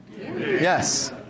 Yes